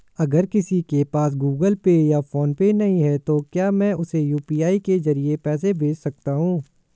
अगर किसी के पास गूगल पे या फोनपे नहीं है तो क्या मैं उसे यू.पी.आई के ज़रिए पैसे भेज सकता हूं?